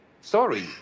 sorry